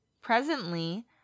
presently